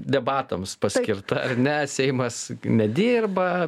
debatams paskirta ar ne seimas nedirba